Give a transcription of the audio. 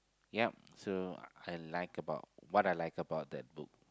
yep so I like about what I like about that book